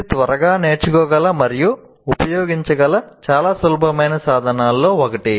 ఇది త్వరగా నేర్చుకోగల మరియు ఉపయోగించగల చాలా సులభమైన సాధనాల్లో ఒకటి